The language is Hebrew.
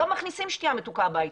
לא מכניסים שתייה מתוקה הביתה.